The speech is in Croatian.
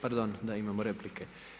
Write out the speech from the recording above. Pardon da imamo replike.